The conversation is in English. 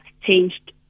changed